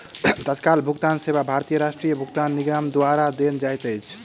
तत्काल भुगतान सेवा भारतीय राष्ट्रीय भुगतान निगम द्वारा देल जाइत अछि